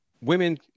Women